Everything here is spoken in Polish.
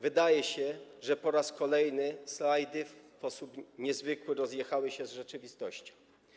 Wydaje się, że po raz kolejny slajdy w sposób niezwykły rozjechały się z rzeczywistością.